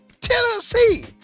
Tennessee